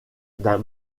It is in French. d’un